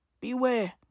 Beware